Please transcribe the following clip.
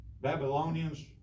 Babylonians